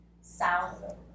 South